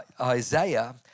Isaiah